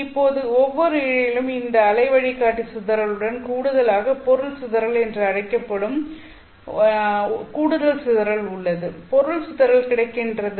இப்போது ஒவ்வொரு இழையிலும் இந்த அலை வழிகாட்டி சிதறலுடன் கூடுதலாக பொருள் சிதறல் என்று அழைக்கப்படும் கூடுதல் சிதறல் உள்ளது பொருள் சிதறல் கிடைக்கின்றது